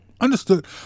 Understood